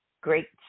great